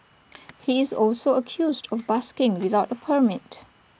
he is also accused of busking without A permit